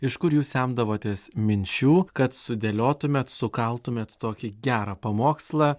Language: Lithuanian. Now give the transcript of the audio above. iš kur jūs semdavotės minčių kad sudėliotumėt sukaltumėt tokį gerą pamokslą